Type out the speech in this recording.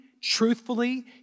truthfully